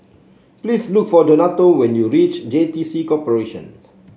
please look for Donato when you reach J T C Corporation